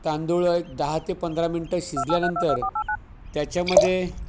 तांदूळ दहा ते पंधरा मिनटं शिजल्यानंतर त्याच्यामध्ये